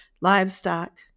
livestock